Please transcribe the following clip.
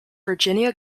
virginia